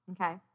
Okay